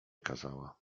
kazała